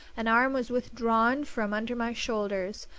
an arm was withdrawn from under my shoulders.